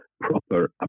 proper